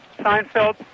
Seinfeld